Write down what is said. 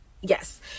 yes